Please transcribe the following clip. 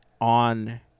on